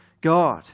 God